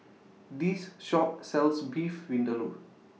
This Shop sells Beef Vindaloo